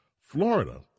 Florida